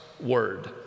word